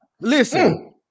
listen